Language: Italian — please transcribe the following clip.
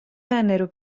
vennero